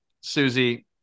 Susie